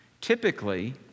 typically